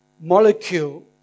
molecule